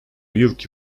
yılki